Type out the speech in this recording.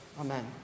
Amen